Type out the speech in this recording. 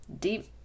deep